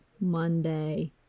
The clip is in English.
Monday